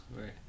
right